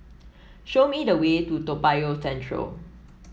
show me the way to Toa Payoh Central